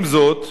עם זאת,